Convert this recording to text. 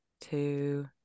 two